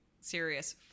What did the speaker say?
serious